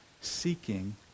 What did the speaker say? seeking